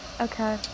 Okay